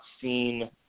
seen